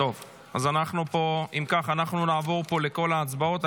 אם כך, אנחנו נעבור פה לכל ההצבעות.